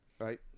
right